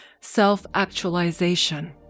self-actualization